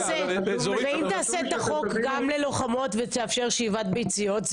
אבל אם תעשה את החוק גם ללוחמות ותאפשר שאיבת ביציות?